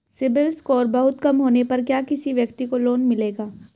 CIBIL score बहुत कम होने पर क्या किसी व्यक्ति को लोंन मिलेगा?